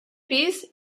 pis